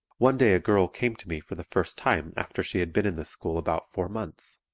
one day a girl came to me for the first time after she had been in the school about four months.